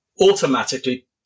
automatically